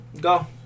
Go